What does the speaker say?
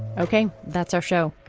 okay. that's our show.